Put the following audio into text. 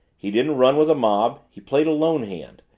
he didn't run with a mob, he played a lone hand,